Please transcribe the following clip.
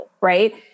Right